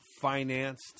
financed